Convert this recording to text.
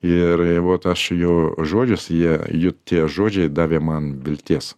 ir e vot aš jo žodžius jie jų tie žodžiai davė man vilties